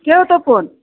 ठेवतो फोन